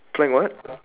playing what